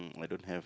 I don't have